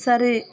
சரி